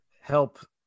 help